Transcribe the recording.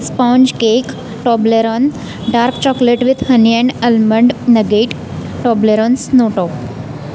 sponge cake Toblerone dark chocolate with honey and almond nugget Toblerones Snowtop